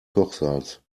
kochsalz